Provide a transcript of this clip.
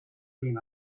been